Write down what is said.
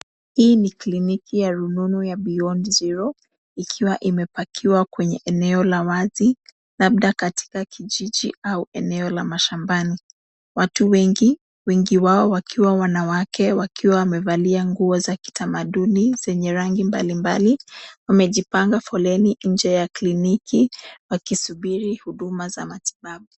Hii ni kliniki ya rununu ya Beyond zero ikiwa imepakiwa kwenye eneo la wazi labda katika kijiji au eneo la mashambani. Watu wengi, wengi wao wakiwa wanawake wakiwa wamevalia nguo za kitamaduni zenye rangi mbalimbali wamejipanga foleni nje ya kliniki wakisubiri huduma za matibabu.